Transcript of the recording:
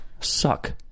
Suck